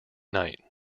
night